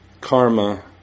karma